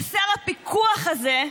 חסר הפיקוח הזה,